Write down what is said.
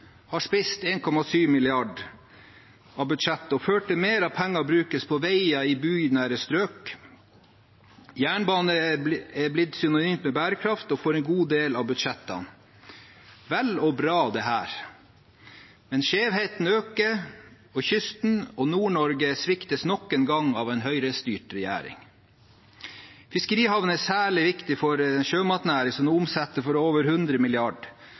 har spist 1,7 mrd. kr av budsjettet og har ført til at mer av pengene brukes på veier i bynære strøk. Jernbane er blitt synonymt med bærekraft og får en god del av budsjettene. Dette er vel og bra, men skjevheten øker, og kysten og Nord-Norge sviktes nok en gang av en Høyre-styrt regjering. Fiskerihavner er særlig viktig for sjømatnæringen, som nå omsetter for over 100